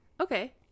Okay